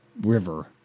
river